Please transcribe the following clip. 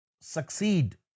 succeed